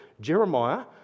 Jeremiah